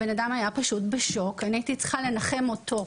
הוא היה בשוק שאיבדתי ילד בן 18. אני הייתי צריכה לנחם אותו.